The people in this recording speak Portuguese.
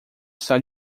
está